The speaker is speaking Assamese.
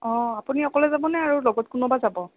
অ আপুনি অকলে যাব নে আৰু লগত কোনোবা যাব